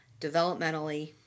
developmentally